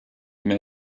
mehr